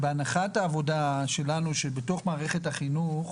הנחת העבודה שלנו היא שבתוך מערכת החינוך